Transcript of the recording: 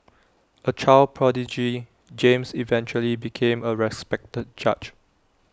A child prodigy James eventually became A respected judge